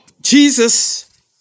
Jesus